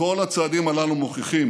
וכל ההסכמים הללו מוכיחים